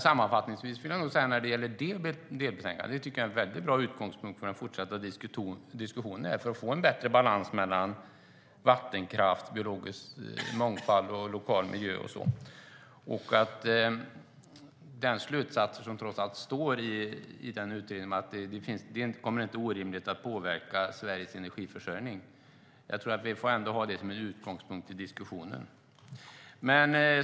Sammanfattningsvis vill jag nog säga att detta delbetänkande är en bra utgångspunkt för den fortsatta diskussionen när det gäller att få en bättre balans mellan vattenkraft, biologisk mångfald, lokal miljö och så vidare. Den slutsats som trots allt står i utredningen om att det inte kommer att vara orimligt att detta påverkar Sveriges energiförsörjning tror jag att vi får ha som utgångspunkt i diskussionen.